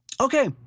Okay